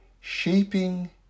Shaping